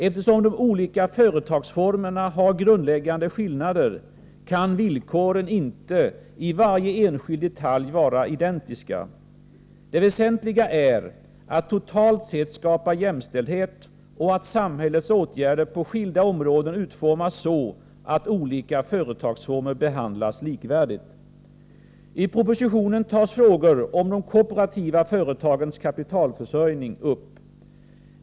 Eftersom de olika företagsformerna har grundläggande skillnader, kan villkoren inte i varje enskild detalj vara identiska. Det väsentliga är att totalt sett skapa jämställdhet och att samhällets åtgärder på skilda områden utformas så att olika företagsformer behandlas likvärdigt. I propositionen behandlas frågor om de kooperativa företagens kapitalförsörjning.